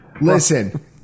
Listen